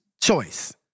choice